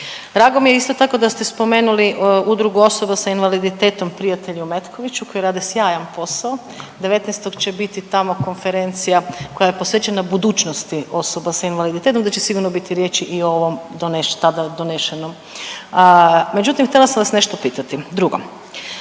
Drago mi je isto tako da ste spomenuli udrugu osoba sa invaliditetom prijatelja u Metkoviću koji rade sjajan posao. Devetnaestog će biti tamo konferencija koja je posvećena budućnosti osoba sa invaliditetom, da će sigurno biti riječi i o ovom tada donesenom. Međutim, htjela sam vas nešto pitati. Drugo,